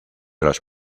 los